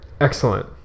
Excellent